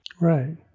Right